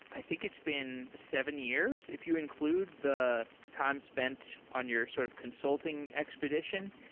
i think it's been seven years if you include the time spent on your sort of consulting expedition.